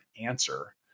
answer